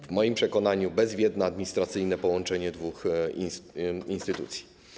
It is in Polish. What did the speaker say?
W moim przekonaniu bezwiedne, administracyjne połączenie dwóch instytucji.